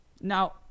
Now